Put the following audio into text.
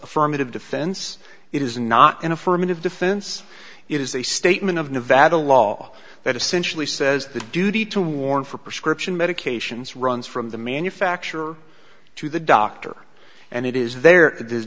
affirmative defense it is not an affirmative defense it is a statement of nevada law that essentially says the duty to warn for prescription medications runs from the manufacturer to the doctor and it is there